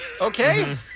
okay